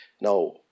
now